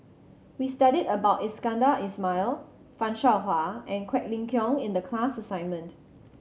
we studied about Iskandar Ismail Fan Shao Hua and Quek Ling Kiong in the class assignment